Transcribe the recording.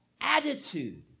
attitude